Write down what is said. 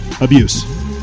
Abuse